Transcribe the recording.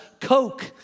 Coke